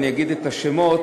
אני אגיד את השמות,